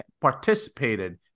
participated